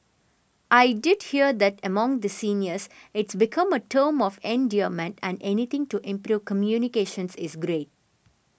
I did hear that among the seniors it's become a term of endearment and anything to improve communications is great